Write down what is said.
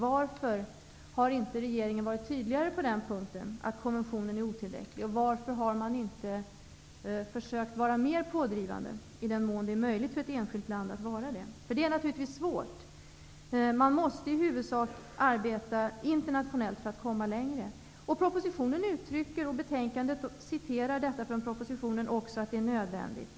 Varför har inte regeringen varit tydligare på den punkten, att konventionen är otillräcklig? Varför har man inte försökt vara mer pådrivande, i den mån det är möjligt för ett enskilt land att vara det? Det är naturligtvis svårt. Man måste i huvudsak arbeta internationellt för att komma längre. Propositionen uttrycker och betänkandet citerar detta från propositionen att detta är nödvändigt.